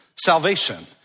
salvation